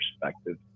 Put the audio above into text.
perspective